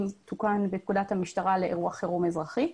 תוקן בפקודת המשטרה לאירוע חירום אזרחי.